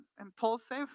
impulsive